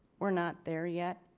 we're not there yet.